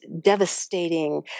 devastating